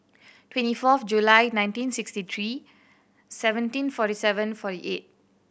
twenty fourth July nineteen sixty three seventeen forty seven forty eight